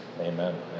Amen